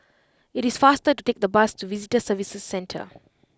it is faster to take the bus to Visitor Services Centre